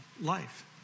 life